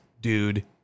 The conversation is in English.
dude